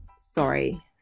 Sorry